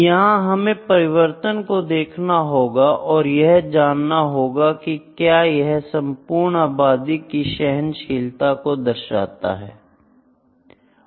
यहां हमें परिवर्तन को देखना होगा और यह जानना होगा कि क्या यह संपूर्ण आबादी की सहनशीलता को दर्शाता है